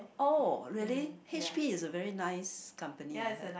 oh really H_P is a very nice company I heard